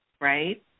right